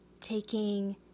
taking